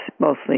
mostly